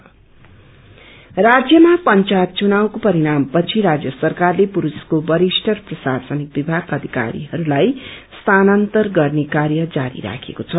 सन्राच राज्यमा पंचायत घुनावको परिणाम पछि राज्य सरकारले पुलिसको वरिष्ठ र प्रशासनिक विभागका अधिकारीहरूलाई स्थानन्तरण गर्ने कार्य जारी राखेको छ